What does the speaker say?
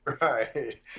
Right